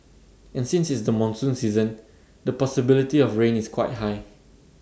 and since it's the monsoon season the possibility of rain is quite high